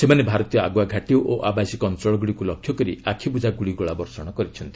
ସେମାନେ ଭାରତୀୟ ଆଗୁଆ ଘାଟି ଓ ଆବାସିକ ଅଞ୍ଚଳଗୁଡ଼ିକୁ ଲକ୍ଷ୍ୟ କରି ଆଖିବୁଜା ଗୁଳିଗୋଳା ବର୍ଷଣ କରିଛନ୍ତି